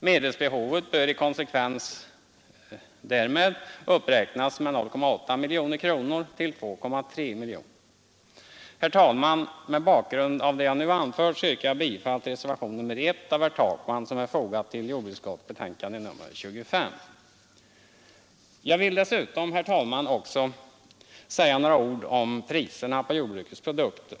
Medelsbehovet bör i konsekvens därmed uppräknas med 0,8 miljoner kronor till 2,3 miljoner kronor. Herr talman! Mot bakgrund av det jag nu har anfört yrkar jag bifall till reservationen 1 av herr Takman som är fogad till jordbruksutskottets betänkande nr 25. Jag vill dessutom, herr talman, säga några ord om priserna på jordbrukets produkter.